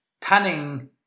tanning